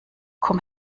komm